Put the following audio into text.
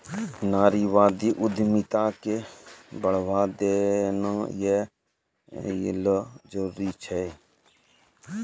नारीवादी उद्यमिता क बढ़ावा देना यै ल जरूरी छै